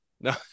no